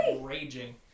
raging